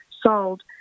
sold